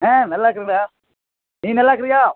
ஆ நல்லாயிருக்கிறேன்டா நீ நல்லாயிருக்கிறியா